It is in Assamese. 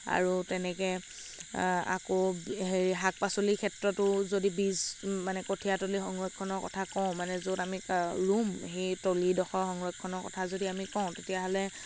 আকৌ তেনেকে আকৌ হেৰি শাক পাচলিৰ ক্ষেত্ৰতো যদি বীজ মানে কঠীয়াতলি সংৰক্ষণৰ কথা কওঁ মানে য'ত আমি ৰুম সেই তলীডখৰৰ সংৰক্ষণৰ কথা যদি আমি কওঁ তেতিয়াহ'লে